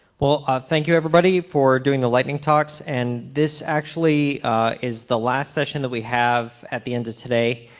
well thank you everybody for doing the lightning talks. and this actually is the last session that we have at the end of today.